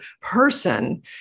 person